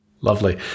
Lovely